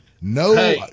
No